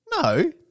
No